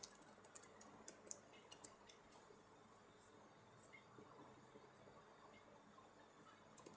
two